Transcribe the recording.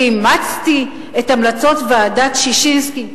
ואימצתי את המלצות ועדת-ששינסקי,